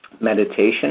Meditation